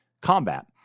combat